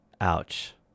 Ouch